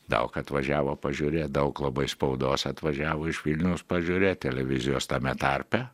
daug atvažiavo pažiūrėt daug labai spaudos atvažiavo iš vilniaus pažiūrėt televizijos tame tarpe